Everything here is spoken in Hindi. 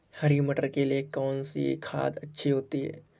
हरी मटर के लिए कौन सी खाद अच्छी होती है?